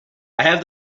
have